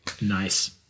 Nice